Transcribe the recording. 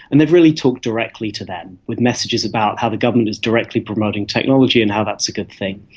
and they've really talked directly to them, with messages about how the government is directly promoting technology and how that's a good thing.